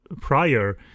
prior